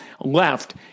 left